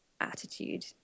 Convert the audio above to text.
attitude